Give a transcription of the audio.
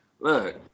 look